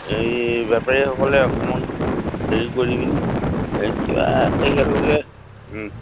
এই বেপাৰীসকলে অকণমান হেৰি কৰি পিনি এই কিবা এ তেখেতলোকে